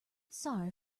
sorry